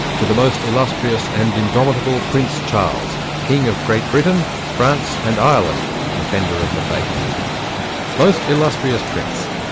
to the most illustrious and indomitable prince charles king of great britain, france, and ireland defender of the faith most illustrious prince!